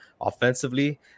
offensively